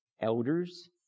elders